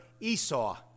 Esau